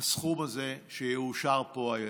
הסכום הזה שיאושר פה הערב,